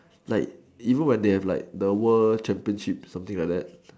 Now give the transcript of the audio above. like even when they have like the world championships something like this